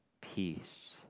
peace